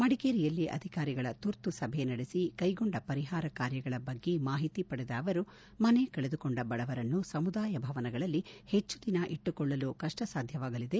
ಮಡಿಕೇರಿಯಲ್ಲಿ ಅಧಿಕಾರಿಗಳ ತುರ್ತು ಸಭೆ ನಡೆಸಿ ಕೈಗೊಂಡ ಪರಿಹಾರ ಕಾರ್ಯಗಳ ಬಗ್ಗೆ ಮಾಹಿತಿ ಪಡೆದ ಅವರು ಮನೆ ಕಳೆದುಕೊಂಡ ಬಡವರನ್ನು ಸಮುದಾಯ ಭವನಗಳಲ್ಲಿ ಹೆಚ್ಚು ದಿನ ಇಟ್ಟುಕೊಳ್ಳಲೂ ಕಪ್ಪ ಸಾಧ್ಯವಾಗಲಿದೆ